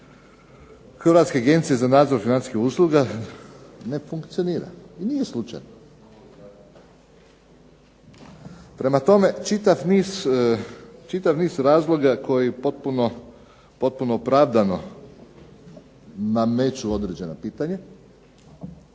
Hrvatske agencije za nadzor financijskih usluga, ne funkcionira. I nije slučajno. Prema tome, čitav niz razloga koje potpuno opravdano nameću određena pitanja,